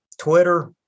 Twitter